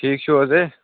ٹھیٖک چھُو حظ ہَے